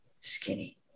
skinny